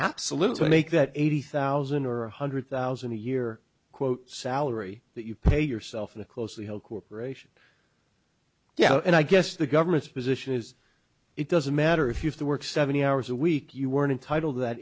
absolutely make that eighty thousand or one hundred thousand a year quote salary that you pay yourself in a closely held corporation yeah and i guess the government's position is it doesn't matter if you had to work seventy hours a week you weren't entitled to that